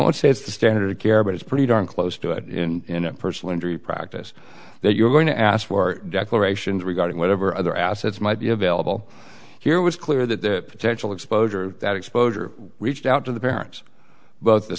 the standard of care but it's pretty darn close to it in personal injury practice that you're going to ask for declarations regarding whatever other assets might be available here was clear that the potential exposure that exposure reached out to the parents but the